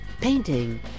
painting